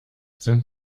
sind